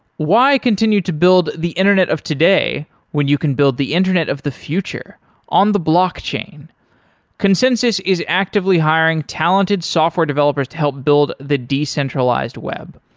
why continue to build the internet of today when you can build the internet of the future on the blockchain. consensys is actively hiring talented software developers to help build the decentralized web.